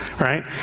right